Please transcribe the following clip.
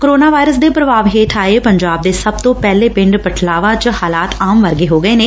corona virus ਦੇ ਪ੍ਰਭਾਵ ਹੇਠ ਆਏ ਪੰਜਾਬ ਦੇ ਸਭ ਤੋਂ ਪਹਿਲੇ ਪਿੰਡ ਪਠਲਾਵਾ ਚ ਹਾਲਾਤ ਆਮ ਵਰਗੇ ਹੋ ਗਏ ਨੇ